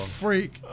freak